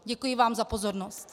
Děkuji vám za pozornost.